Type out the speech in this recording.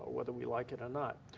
whether we like it or not.